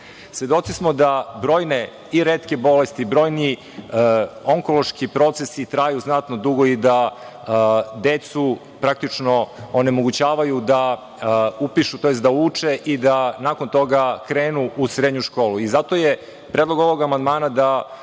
godina. Svedoci smo da brojne i retke bolesti, brojni onkološki procesi traju znatno dugo i da decu praktično onemogućavaju da upišu, tj. da uče i da nakon togakrenu u srednju školu. Zato je predlog ovog amandmana da